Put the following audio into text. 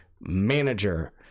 manager